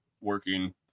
working